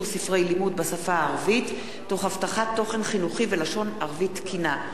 ספרי לימוד בשפה הערבית תוך הבטחת תוכן חינוכי ולשון ערבית תקינה,